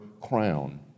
crown